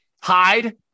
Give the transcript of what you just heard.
Hide